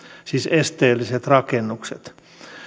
siis esteelliset rakennukset